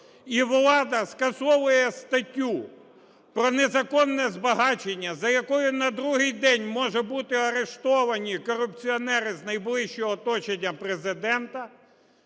і влада скасовує статтю про незаконне збагачення, за якою на другий день можуть бути арештовані корупціонери з найближчого оточення Президента,